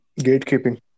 Gatekeeping